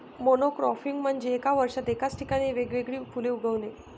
monocropping म्हणजे एका वर्षात एकाच ठिकाणी वेगवेगळी फुले उगवणे